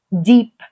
deep